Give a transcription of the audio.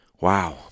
wow